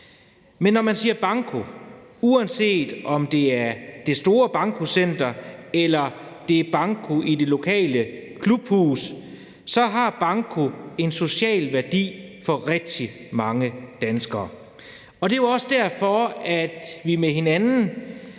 Men når man siger banko, uanset om det er det store bankocenter, eller det er banko i det lokale klubhus, så har banko en social værdi for rigtig mange danskere. Det er jo også derfor, at vi brugte